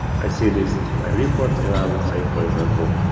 i see this is my report and i'll say, for example,